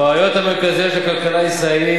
הבעיות המרכזיות של הכלכלה הישראלית,